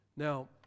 Now